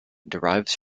derives